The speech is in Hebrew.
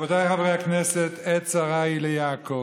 רבותיי חברי הכנסת, עת צרה היא ליעקב.